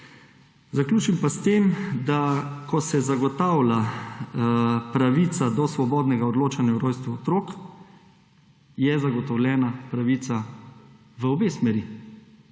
Zaključim pa s tem, da ko se zagotavlja pravica do svobodnega odločanja o rojstvu otrok, je zagotovljena pravica v obe smeri.